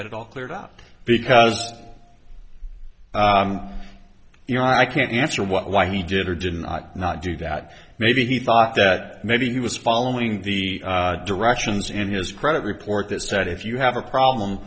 get it all cleared up because you know i can't answer what why he did or didn't i not do that maybe he thought that maybe he was following the directions in his credit report that said if you have a problem